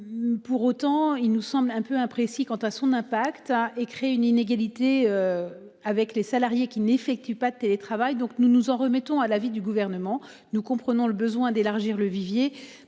Pour autant, il nous semble un peu imprécis quant à son impact a et crée une inégalité. Avec les salariés qui n'effectuent pas télétravail. Donc nous nous en remettons à l'avis du gouvernement. Nous comprenons le besoin d'élargir le vivier